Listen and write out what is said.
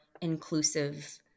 inclusive